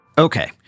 Okay